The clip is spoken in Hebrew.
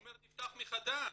הוא אומר נפתח מחדש.